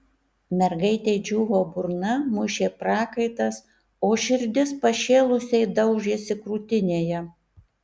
mergaitei džiūvo burna mušė prakaitas o širdis pašėlusiai daužėsi krūtinėje